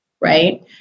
Right